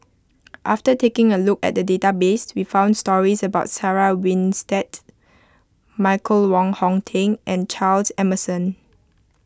after taking a look at the database we found stories about Sarah Winstedt Michael Wong Hong Teng and Charles Emmerson